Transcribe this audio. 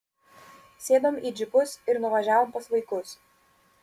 sėdom į džipus ir nuvažiavome pas vaikus